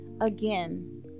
Again